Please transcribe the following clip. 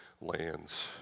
lands